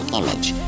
image